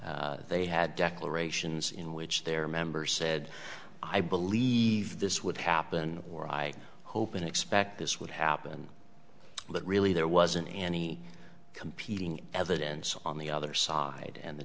speculation they had declarations in which their member said i believe this would happen or i hope and expect this would happen but really there wasn't any competing evidence on the other side and the